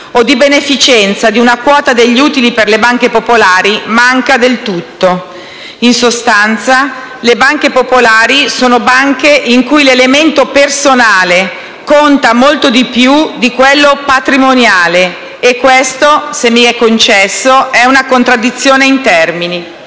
o di beneficenza di una quota degli utili per le banche popolari manca del tutto. In sostanza, le banche popolari sono banche in cui l'elemento personale conta molto di più di quello patrimoniale e questo - se mi è concesso - è una contraddizione in termini.